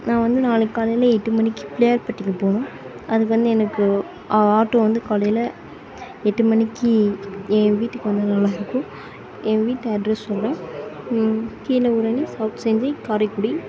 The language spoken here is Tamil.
நான் வந்து நாளைக்கு காலையில் எட்டு மணிக்கு பிள்ளையார்பட்டிக்கு போகணும் அது வந்து எனக்கு ஆட்டோ வந்து காலையில் எட்டு மணிக்கு என் வீட்டுக்கு வந்தால் நல்லா இருக்கும் என் வீட்டு அட்ரஸ் வந்து கீலவூரணி சௌத் செஞ்சி காரைக்குடி